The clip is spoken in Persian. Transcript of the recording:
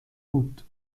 بود